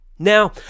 Now